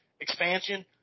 expansion –